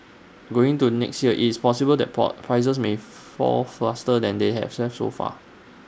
going to next year IT is possible that prices may fall faster than they have some so far